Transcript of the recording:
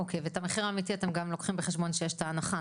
אוקיי ואת המחיר האמיתי אתם גם לוקחים בחשבון שיש את ההנחה,